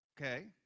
Okay